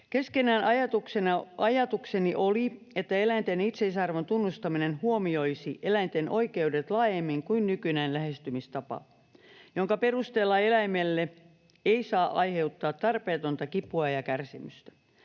Keskeinen ajatukseni oli, että eläinten itseisarvon tunnustaminen huomioisi eläinten oikeudet laajemmin kuin nykyinen lähestymistapa, jonka perusteella eläimelle ei saa aiheuttaa tarpeetonta kipua ja kärsimystä.